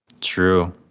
True